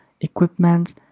equipment